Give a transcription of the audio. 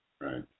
Right